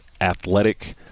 athletic